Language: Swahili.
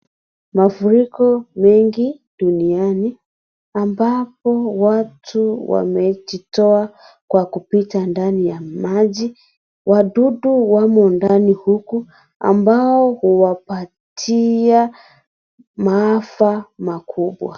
Mafuriko mengi duniani ambapo watu wamejitoa kwa kupita ndani ya maji . Wadudu wamo ndani huku ambao huwapatia maafa makubwa.